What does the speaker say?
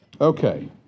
Okay